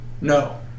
No